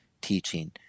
teaching